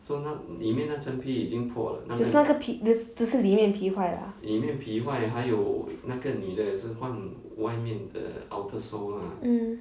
只是那个皮只是里面皮坏了啦 mm